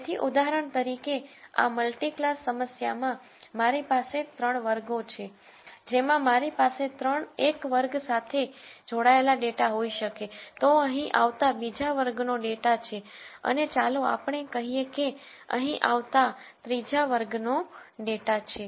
તેથી ઉદાહરણ તરીકે આ મલ્ટી ક્લાસ સમસ્યા માં મારી પાસે 3 વર્ગો છે જેમાં મારી પાસે એક વર્ગ સાથે જોડાયેલા ડેટા હોઈ શકે તો અહીં આવતા બીજા વર્ગનો ડેટા છે અને ચાલો આપણે કહીએ કે અહીં આવતા ત્રીજા વર્ગના ડેટા છે